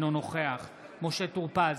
אינו נוכח משה טור פז,